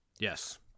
yes